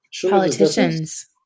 Politicians